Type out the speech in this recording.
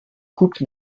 coupes